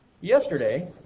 Yesterday